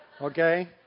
Okay